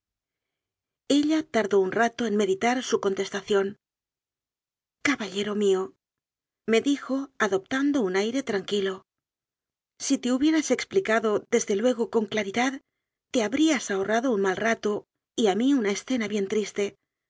ella tardó un rato en meditar su contestación caballero míome dijo adoptando un aire tranquilo si te hubieras explicado desde luego con claridad te habrías ahorrado un mal rato y a mí una escena bien triste